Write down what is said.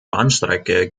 bahnstrecke